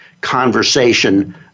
conversation